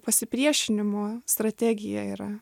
pasipriešinimo strategija yra